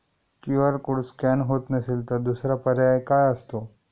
QR code scan होत नसेल तर दुसरा पर्याय काय असतो?